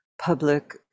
public